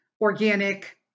organic